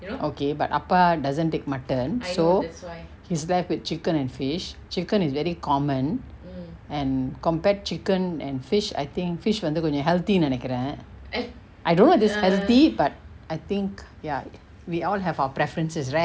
okay but அப்பா:appa doesn't take mutton so he's left with chicken and fish chicken is very common and compare chicken and fish I think fish வந்து கொஞ்சோ:vanthu konjo healthy னு நெனைகுர:nu nenaikura I don't know if it's healthy but I think ya we all have our preferences right